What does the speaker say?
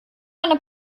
eine